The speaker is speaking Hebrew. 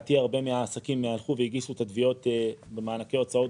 לדעתי הרבה מהעסקים הלכו והגישו את התביעות במענקי הוצאות